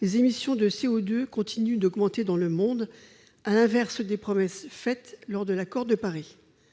les émissions de CO2 continuent d'augmenter dans le monde, à l'inverse des promesses faites lors de la conclusion